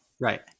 Right